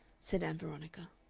said ann veronica.